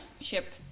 ship